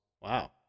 Wow